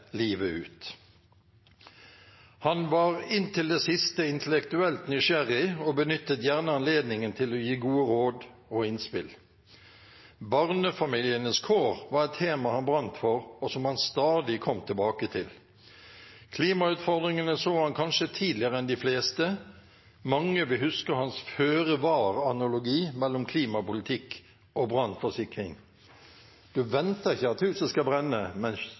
livet ut. Han var inntil det siste intellektuelt nysgjerrig og benyttet gjerne anledningen til å gi gode råd og innspill. Barnefamilienes kår var et tema han brant for, og som han stadig kom tilbake til. Klimautfordringene så han kanskje tidligere enn de fleste. Mange vil huske hans føre-var-analogi mellom klimapolitikk og brannforsikring: Man venter ikke at huset skal brenne,